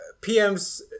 PMs